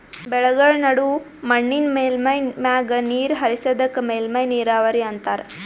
ಬೆಳೆಗಳ್ಮ ನಡು ಮಣ್ಣಿನ್ ಮೇಲ್ಮೈ ಮ್ಯಾಗ ನೀರ್ ಹರಿಸದಕ್ಕ ಮೇಲ್ಮೈ ನೀರಾವರಿ ಅಂತಾರಾ